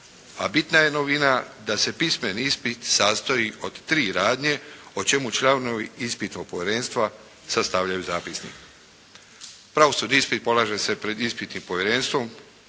a bitna je novina da se pismeni ispit sastoji od tri radnje o čemu članovi ispitnog povjerenstva sastavljaju zapisnik. Pravosudni ispit polaže se pred ispitnim povjerenstvom